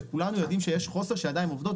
וכולנו יודעים שיש חוסר בידיים עובדות.